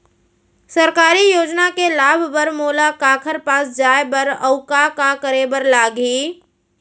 सरकारी योजना के लाभ बर मोला काखर पास जाए बर अऊ का का करे बर लागही?